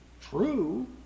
true